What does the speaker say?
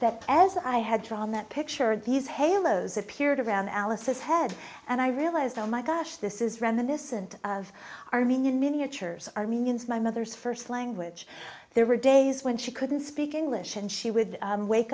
that as i had drawn that picture these halos appeared around alice's head and i realized oh my gosh this is reminiscent of armenian miniatures armenians my mother's first language there were days when she couldn't speak english and she would wake